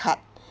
cut